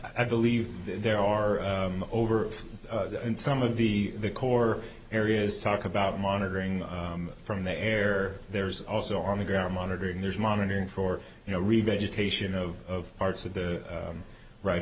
i believe there are over in some of the core areas talk about monitoring from the air there's also on the ground monitoring there's monitoring for you know read vegetation of parts of the right